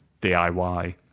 DIY